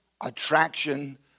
attraction